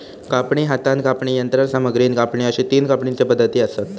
कापणी, हातान कापणी, यंत्रसामग्रीन कापणी अश्ये तीन कापणीचे पद्धती आसत